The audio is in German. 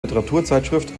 literaturzeitschrift